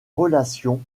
relations